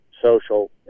social